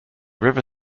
river